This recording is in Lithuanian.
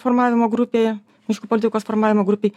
formavimo grupėje miškų politikos formavimo grupėj